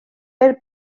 per